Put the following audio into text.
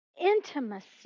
Intimacy